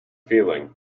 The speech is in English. feeling